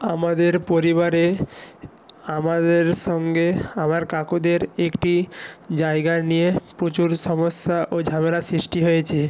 আমাদের পরিবারে আমাদের সঙ্গে আমার কাকুদের একটি জায়গা নিয়ে প্রচুর সমস্যা ও ঝামেলা সৃষ্টি হয়েছে